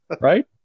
right